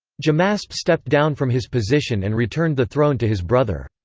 djamasp stepped down from his position and returned the throne to his brother.